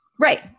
Right